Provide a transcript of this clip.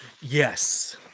Yes